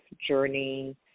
journey